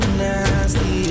nasty